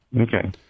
Okay